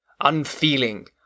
Unfeeling